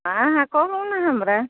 हँ हँ कहुँ ने हमरा